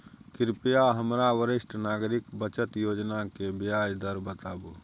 कृपया हमरा वरिष्ठ नागरिक बचत योजना के ब्याज दर बताबू